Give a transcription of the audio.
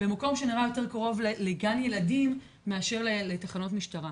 במקום שנראה יותר קרוב לגן ילדים מאשר לתחנות משטרה.